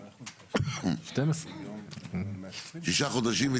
12. שישה חודשים.